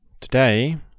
today